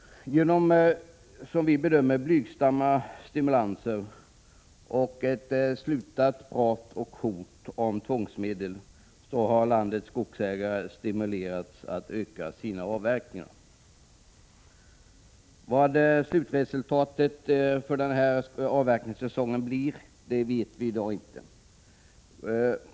Till följd av blygsamma stimulanser och slut på hotet om tvångsmedel har landets skogsägare ökat sina avverkningar. Vi vet i dag inte slutresultatet för den här avverkningssäsongen.